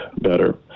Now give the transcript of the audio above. better